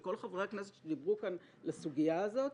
כל חברי הכנסת שדיברו כאן לסוגיה הזאת,